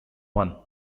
one